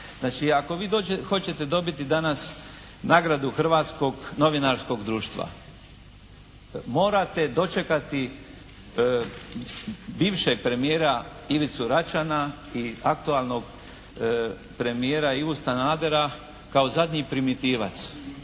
Znači, ako vi hoćete dobiti danas nagradu Hrvatskog novinarskog društva morate dočekati bivšeg premijera Ivicu Račana i aktualnog premijera Ivu Sanadera kao zadnji primitivac